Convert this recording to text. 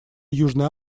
южной